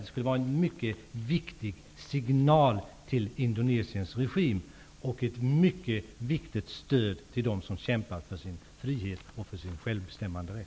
Det skulle vara en mycket viktig signal till Indonesiens regim och ett mycket viktigt stöd till dem som kämpar för sin frihet och självbestämmanderätt.